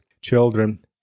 children